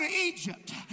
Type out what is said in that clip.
Egypt